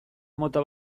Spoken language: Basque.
mota